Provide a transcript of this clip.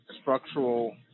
structural